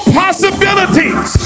possibilities